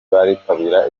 baritabira